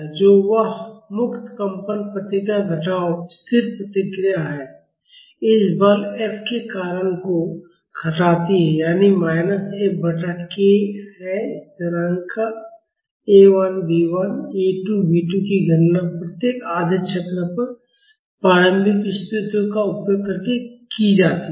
जो वह मुक्त कंपन प्रतिक्रिया घटाव स्थिर प्रतिक्रिया है इस बल F के कारण को घटाती है यानी माइनस F बटा k है स्थिरांक A 1 B 1 A 2 B 2 की गणना प्रत्येक आधे चक्र पर प्रारंभिक स्थितियों का उपयोग करके की जाती है